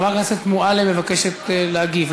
חברת הכנסת מועלם מבקשת להגיב?